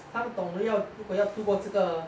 他们懂要如果要度过这个